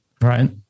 Right